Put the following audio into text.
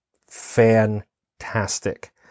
fantastic